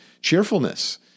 cheerfulness